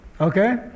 Okay